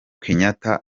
kenyatta